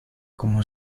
como